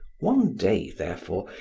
one day, therefore,